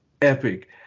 epic